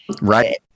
right